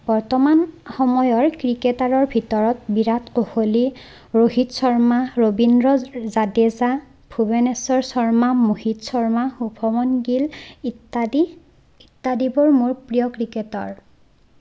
বৰ্তমান সময়ৰ ক্ৰিকেটাৰৰ ভিতৰত বিৰাট কোহলী ৰহিত শৰ্মা ৰবিন্দ্ৰ জাদেজা ভুৱনেশ্বৰ শৰ্মা মোহিত শৰ্মা শুভমন গীল ইত্যাদি ইত্যাদিবোৰ মোৰ প্ৰিয় ক্ৰিকেটাৰ